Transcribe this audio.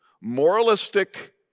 moralistic